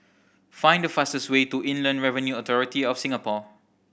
find the fastest way to Inland Revenue Authority of Singapore